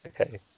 Okay